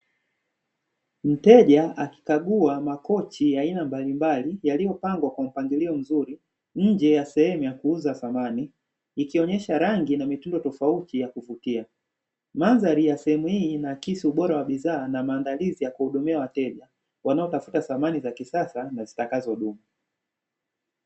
Mteja akikagua makochi aina mbalimbali yaliyopangwa kwa mpangilio mzuri nnje ya sehemu ya kuuza samani. Ikionyesha rangi na mitindo tofauti ya kuvutia. Mandhari ya sehemu hii ina akisi ubora wa bidhaa na maandalizi ya kuhudumia wateja wanaotafuta samani za kisasa na zitakazodumu.